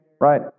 right